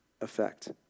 effect